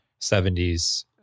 70s